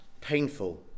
painful